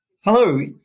Hello